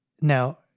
Now